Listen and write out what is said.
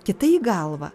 kita į galvą